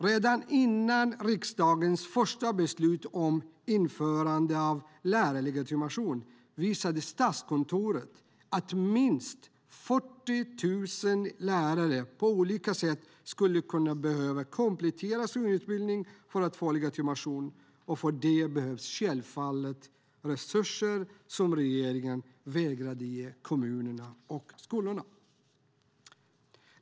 Redan innan riksdagens första beslut om införande av lärarlegitimation visade Statskontoret att minst 40 000 lärare på olika sätt skulle komma att behöva komplettera sin utbildning för att få legitimation, och för det behövs självfallet resurser som regeringen vägrade ge kommunerna och skolorna.